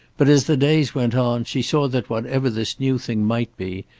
but, as the days went on, she saw that whatever this new thing might be,